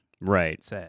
Right